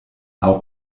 auch